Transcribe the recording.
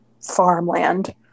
farmland